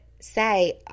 say